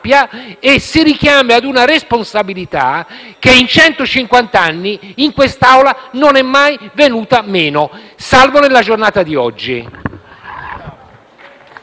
e si richiami ad una responsabilità che in centocinquanta anni in quest'Aula non è mai venuta meno, salvo nella giornata di oggi.